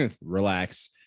Relax